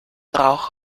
rauch